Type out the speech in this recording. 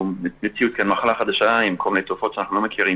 אנחנו במציאות של מחלה חדשה עם כל מיני תופעות שאנחנו לא מכירים